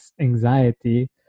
anxiety